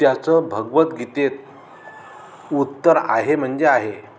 त्याचं भगवद्गीतेत उत्तर आहे म्हणजे आहे